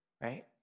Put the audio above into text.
right